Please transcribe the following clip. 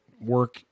work